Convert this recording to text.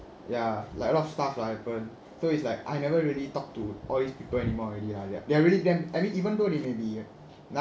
ya like a lot of stuff lah happened so it's like I never really talk to all these people anymore already lah ya they are really damn I mean even though they may be